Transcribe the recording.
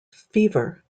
fever